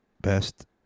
best